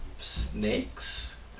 snakes